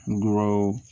grow